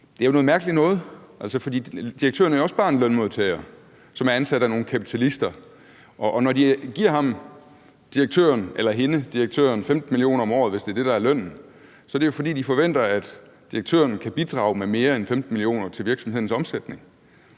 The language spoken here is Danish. Det er jo noget mærkeligt noget. Altså, direktøren er jo også bare en lønmodtager, som er ansat af nogle kapitalister. Og når de giver ham eller hende 15 mio. kr. om året, hvis det er det, der er lønnen, er det jo, fordi de forventer, at direktøren kan bidrage med mere end 15 mio. kr. til virksomhedens omsætning.